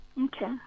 okay